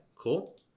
cool